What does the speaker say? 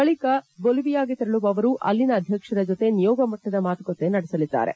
ಬಳಿಕ ಬೋಲ್ವಿಯಾಗೆ ತೆರಳುವ ಅವರು ಅಲ್ಲಿನ ಅಧ್ಯಕ್ಷರ ಜತೆ ನಿಯೋಗಮಟ್ಟದ ಮಾತುಕತೆ ನಡೆಸಲಿದ್ದಾರೆ